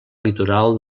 litoral